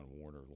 Warner